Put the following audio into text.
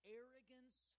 arrogance